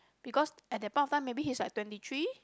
because at the point of time maybe he's like twenty three